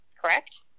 correct